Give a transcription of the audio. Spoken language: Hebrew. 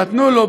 נתנו לו,